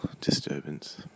disturbance